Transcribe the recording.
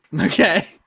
Okay